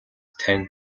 тань